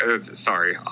sorry